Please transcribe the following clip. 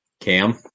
Cam